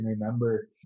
remember